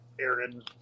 Aaron